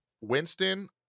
Winston